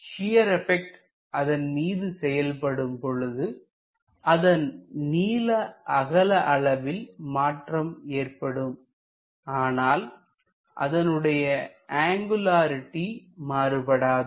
shear effect அதன் மீது செயல்படும் பொழுது அதன் நீள அகல அளவில் மாற்றம் ஏற்படும்ஆனால் அதனுடைய அங்குலரிடி மாறுபடாது